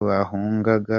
bahungaga